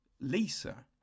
Lisa